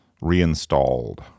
reinstalled